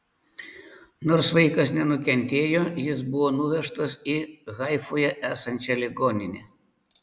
nors vaikas nenukentėjo jis buvo nuvežtas į haifoje esančią ligoninę